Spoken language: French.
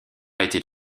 était